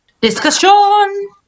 Discussion